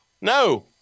No